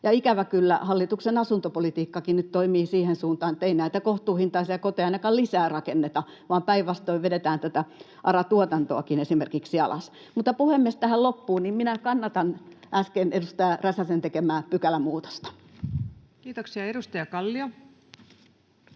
ikävä kyllä hallituksen asuntopolitiikkakin toimii nyt siihen suuntaan, että ei näitä kohtuuhintaisia koteja ainakaan lisää rakenneta, vaan päinvastoin vedetään esimerkiksi tätä Ara-tuotantoakin alas. Puhemies, tähän loppuun: minä kannatan äsken edustaja Räsäsen tekemää pykälämuutosta. Kiitoksia. — Edustaja Kallio.